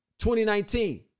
2019